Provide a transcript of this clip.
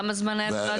כמה זמן היה להם להגיב?